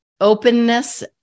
openness